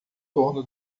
torno